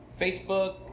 Facebook